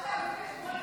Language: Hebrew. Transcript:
אל תערבי את הבורקס,